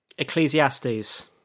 Ecclesiastes